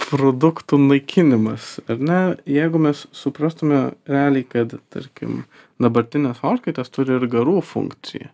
produktų naikinimas ar ne jeigu mes suprastume realiai kad tarkim dabartinės orkaitės turi ir garų funkciją